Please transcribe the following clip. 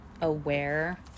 aware